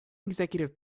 executive